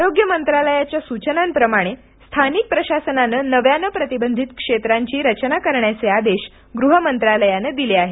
आरोग्य मंत्रालयाच्या सूचनाप्रमाणे स्थानिक प्रशासनान नव्यान प्रतिबंधित क्षेत्रांची रचना करण्याचे आदेश गृह मंत्रालयानं दिले आहेत